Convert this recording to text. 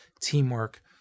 teamwork